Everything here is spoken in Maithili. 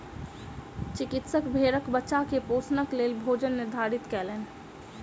चिकित्सक भेड़क बच्चा के पोषणक लेल भोजन निर्धारित कयलैन